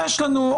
יש לנו,